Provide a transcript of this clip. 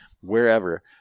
wherever